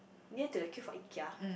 near to the queue for Ikea